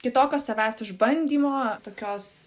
kitokio savęs išbandymo tokios